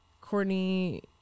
courtney